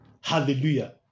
hallelujah